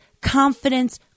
Confidence